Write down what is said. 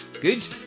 Good